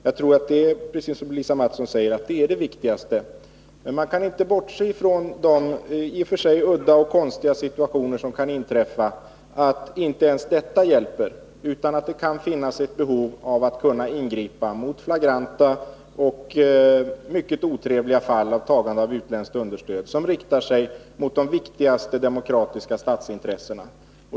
Jag tror, som sagt, precis som Lisa Mattson att det är det viktigaste, men man kan inte bortse ifrån att udda och konstiga situationer kan uppstå, där inte ens detta hjälper utan det kan finnas ett behov av att kunna ingripa mot flagranta och mycket otrevliga fall av tagande av utländskt understöd för brott som riktar sig mot de viktigaste demokratiska statsintressena.